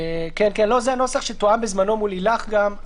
כן, זה נוסח שתואם בזמנו מול לילך גם.